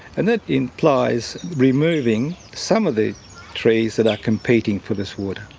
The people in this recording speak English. and that implies removing some of the trees that are competing for this water.